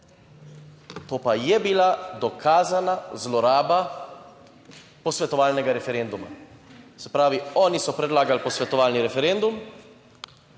To pa je bila dokazana zloraba posvetovalnega referenduma. Se pravi, oni so predlagali posvetovalni referendum,